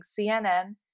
CNN